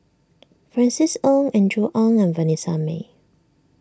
Francis Ng Andrew Ang and Vanessa Mae